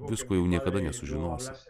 visko jau niekada nesužinosi